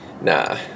Nah